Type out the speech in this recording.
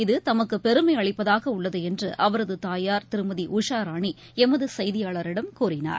இது தமக்கு பெருமையளிப்பதாக உள்ளது என்று அவரது தாயார் திருமதி உஷாராணி எமது செய்தியாளரிடம் கூறினார்